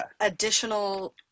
additional